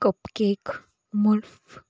cup cake मुल्फ